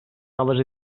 noves